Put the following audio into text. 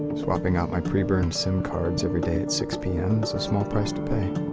swapping out my pre-burned sim cards everyday at six pm is a small price to pay.